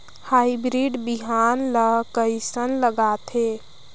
Hybrid बिहान ला कइसन लगाथे?